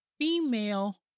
female